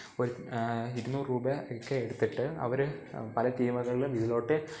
ഒരു ഇരുന്നൂറ് രൂപ ഒക്കെ എടുത്തിട്ട് അവർ പല ടീമുകളില് ഇതിലോട്ട്